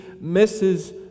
misses